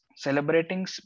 celebrating